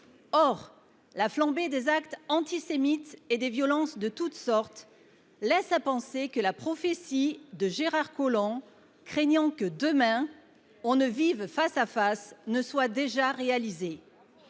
La flambée des actes antisémites et des violences de toutes sortes laisse à penser que la prophétie de Gérard Collomb, craignant que demain « l’on ne vive face à face », s’est déjà accomplie.